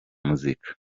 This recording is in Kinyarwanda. muzika